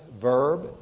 verb